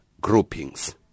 groupings